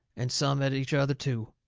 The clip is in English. and some at each other, too.